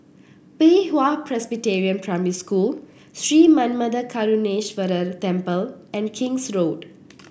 Pei Hwa Presbyterian Primary School Sri Manmatha Karuneshvarar Temple and King's Road